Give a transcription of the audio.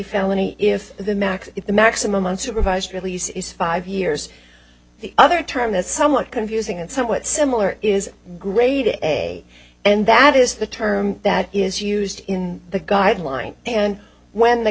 felony if the max the maximum on supervised release is five years the other term is somewhat confusing and somewhat similar is grade a and that is the term that is used in the guideline and when the